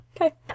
Okay